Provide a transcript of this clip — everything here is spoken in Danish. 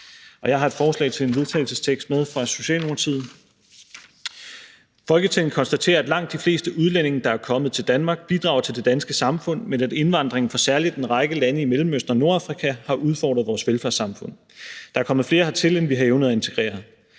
Jeg har et forslag til vedtagelse med fra Socialdemokratiet: Forslag til vedtagelse »Folketinget konstaterer, at langt de fleste udlændinge, der er kommet til Danmark, bidrager til det danske samfund, men at indvandringen fra særligt en række lande i Mellemøsten og Nordafrika har udfordret vores velfærdssamfund. Der er kommet flere hertil, end vi har evnet at integrere.